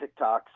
tiktoks